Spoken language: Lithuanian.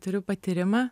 turiu patyrimą